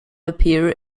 appear